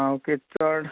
आं ओके चड